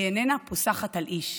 היא איננה פוסחת על איש,